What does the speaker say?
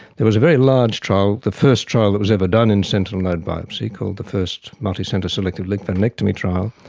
it was a very large trial, the first trial that was ever done in sentinel node biopsy called the first multicenter selective lymphadenectomy trial,